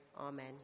Amen